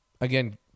again